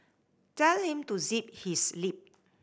tell him to zip his lip